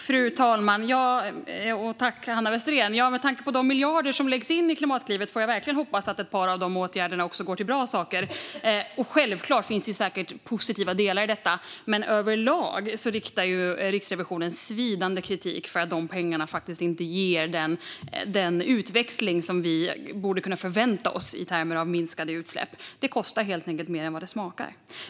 Fru talman! Med tanke på de miljarder som läggs in i Klimatklivet får jag verkligen hoppas att ett par av dessa åtgärder också går till bra saker. Självklart finns det säkert positiva delar i detta, men överlag riktar ju Riksrevisionen svidande kritik för att pengarna inte ger den utväxling som vi borde kunna förvänta oss i termer av minskade utsläpp. Det kostar helt enkelt mer än vad det smakar.